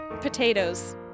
Potatoes